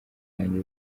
wanjye